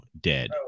dead